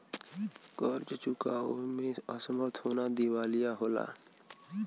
कर्ज़ चुकावे में असमर्थ होना दिवालिया होला